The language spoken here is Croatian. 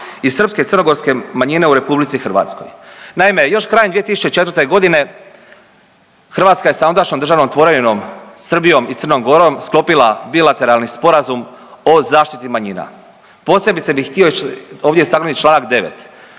i srpske i crnogorske manjine u RH. Naime, još krajem 2004.g. Hrvatska je sa ondašnjom državnom tvorevinom Srbijom i Crnom Gorom sklopila bilateralni Sporazum o zaštiti manjina. Posebice bi htio ovdje istaknuti čl. 9.